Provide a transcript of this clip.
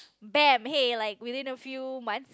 bam hey like within a few months